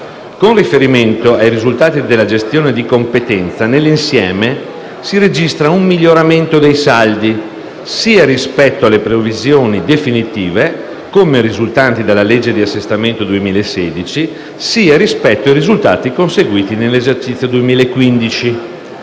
Con riferimento ai risultati della gestione di competenza, nell'insieme, si registra un miglioramento dei saldi sia rispetto alle previsioni definitive, come risultanti dalla legge di assestamento 2016, sia rispetto ai risultati conseguiti nell'esercizio 2015.